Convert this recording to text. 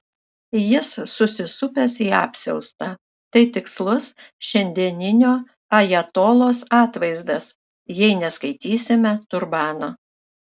jis susisupęs į apsiaustą tai tikslus šiandieninio ajatolos atvaizdas jei neskaitysime turbano